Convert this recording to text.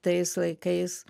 tais laikais